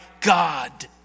God